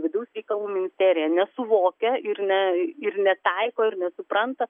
vidaus reikalų ministerija nesuvokia ir ne ir netaiko ir nesupranta